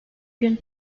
gün